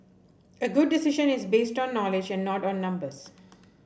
a good decision is based on knowledge and not on numbers